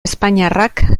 espainiarrak